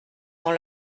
dans